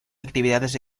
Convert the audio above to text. actividades